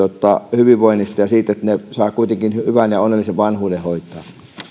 hyvinvoinnista ja siitä että he saavat kuitenkin hyvän ja onnellisen vanhuuden